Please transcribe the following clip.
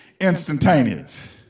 instantaneous